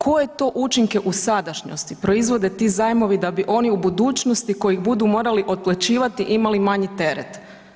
Koje to učinke u sadašnjosti proizvode ti zajmovi da bi oni u budućnosti, koji ih budu morali otplaćivati imali manji teret.